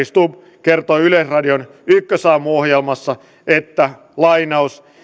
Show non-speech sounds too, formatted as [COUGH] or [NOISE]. [UNINTELLIGIBLE] stubb kertoi yleisradion ykkösaamu ohjelmassa että